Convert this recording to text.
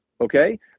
okay